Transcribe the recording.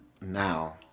Now